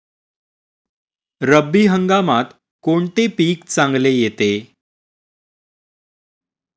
रब्बी हंगामात कोणते पीक चांगले येते?